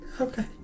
okay